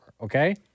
okay